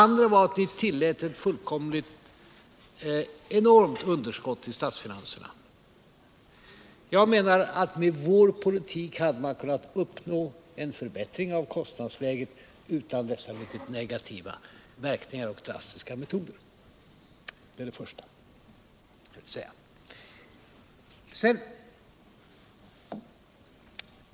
Ni tillät också ett fullkomligt enormt underskott i statsfinanserna. Jag menar att man med vår politik hade kunnat uppnå en förbättring av kostnadsläget utan dessa mycket negativa verkningar och drastiska metoder.